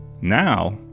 Now